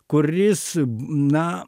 kuris na